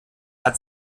hat